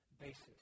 basis